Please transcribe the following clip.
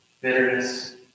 Bitterness